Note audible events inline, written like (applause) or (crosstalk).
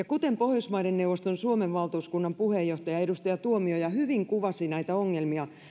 (unintelligible) kuten pohjoismaiden neuvoston suomen valtuuskunnan puheenjohtaja edustaja tuomioja hyvin kuvasi näitä ongelmia